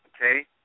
okay